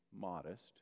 modest